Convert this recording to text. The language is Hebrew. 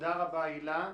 תודה רבה, הילה.